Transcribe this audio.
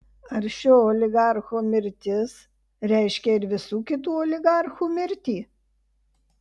ar šio oligarcho mirtis reiškia ir visų kitų oligarchų mirtį